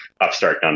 upstart